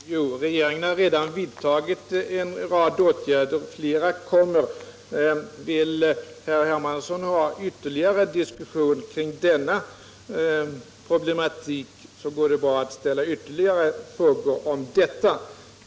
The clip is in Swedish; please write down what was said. Herr talman! Jo, regeringen har redan vidtagit en rad åtgärder, och flera kommer. Vill herr Hermansson ha ytterligare diskussion kring denna problematik, går det bra att ställa ytterligare frågor om detta.